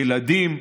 והילדים,